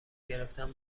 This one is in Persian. گرفتن